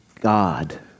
God